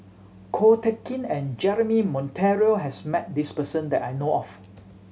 Ko Teck Kin and Jeremy Monteiro has met this person that I know of